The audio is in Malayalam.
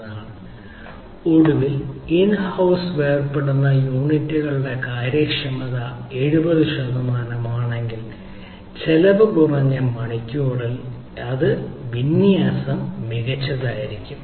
59 ഒടുവിൽ ഇൻ ഹൌസ് വേർപെടുത്തുന്ന യൂണിറ്റുകളുടെ കാര്യക്ഷമത 70 ശതമാനമാണെങ്കിൽ ചെലവ് കുറഞ്ഞ മണിക്കൂറിൽ ഏത് വിന്യാസം മികച്ചതായിത്തീരും